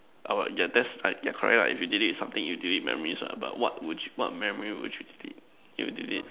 I would yeah that's like yeah correct right if you delete something you delete memories ah but what would you what memory would you delete you delete